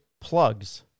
plugs